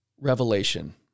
Revelation